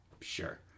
sure